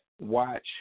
watch